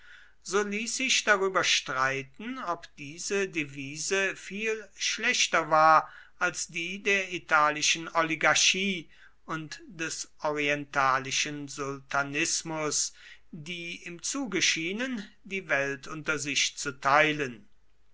so ließ sich darüber streiten ob diese devise viel schlechter war als die der italischen oligarchie und des orientalischen sultanismus die im zuge schienen die welt unter sich zu teilen